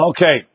Okay